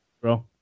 Bro